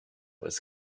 was